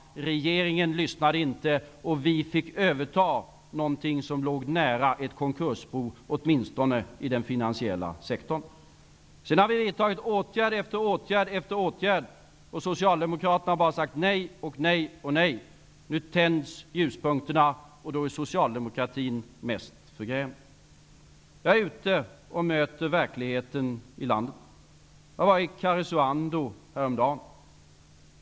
Regeringen lyssnade inte, och vi fick överta något som låg nära ett konkursbo, åtminstone i den finansiella sektorn. Vi har vidtagit åtgärd efter åtgärd. Socialdemokraterna har sagt nej, nej, nej. Nu tänds ljuspunkter och då är socialdemokraterna mest förgrämda. Jag möter verkligheten ute i landet. Jag var i Karesuando häromdagen.